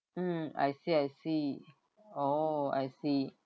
mm I see I see oh I see